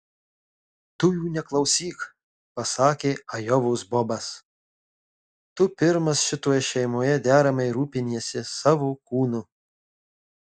tu jų neklausyk pasakė ajovos bobas tu pirmas šitoje šeimoje deramai rūpiniesi savo kūnu